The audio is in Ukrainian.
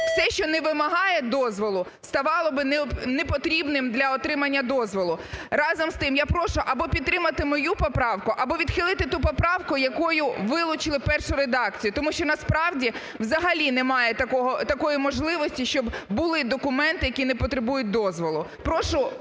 все, що не вимагає дозволу, стало би не потрібним для отримання дозволу. Разом з тим, я прошу або підтримати мою поправку, або відхилити ту поправку, якою вилучили першу редакцію. Тому що насправді взагалі немає такої можливості, щоб були документи, які не потребують дозволу. Прошу